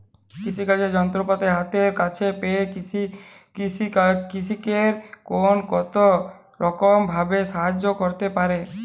কৃষিকাজের যন্ত্রপাতি হাতের কাছে পেতে কৃষকের ফোন কত রকম ভাবে সাহায্য করতে পারে?